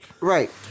Right